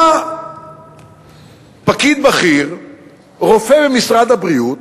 היה פקיד בכיר רופא במשרד הבריאות